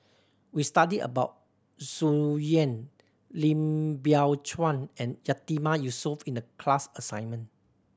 we studied about Tsung Yeh Lim Biow Chuan and Yatiman Yusof in the class assignment